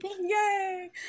Yay